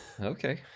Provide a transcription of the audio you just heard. Okay